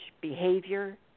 behavior